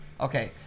Okay